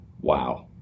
Wow